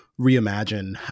reimagine